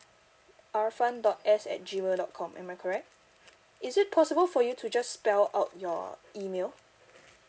arfan dot S at G mail dot com am I correct is it possible for you to just spell out your email